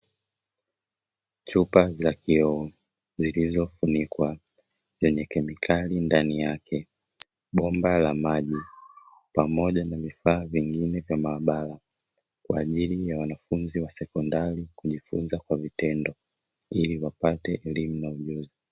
Chupa za kioo, zilizofunikwa zenye kemikali ndani yake, bomba la maji pamoja na vifaa vingine vya maabara kwa ajili ya wanafunzi wa sekondari kujifunza kwa vitendo ili wapate elimu na ujuzi.